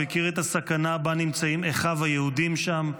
הוא הכיר את הסכנה שבה נמצאים אחיו היהודים שם,